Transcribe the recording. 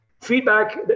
feedback